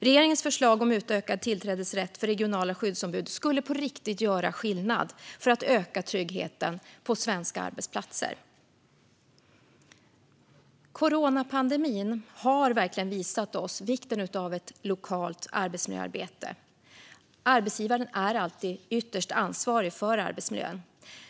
Regeringens förslag om utökad tillträdesrätt för regionala skyddsombud skulle på riktigt göra skillnad för att öka tryggheten på svenska arbetsplatser. Coronapandemin har verkligen visat oss vikten av ett lokalt arbetsmiljöarbete. Arbetsgivaren är alltid ytterst ansvarig för arbetsmiljön.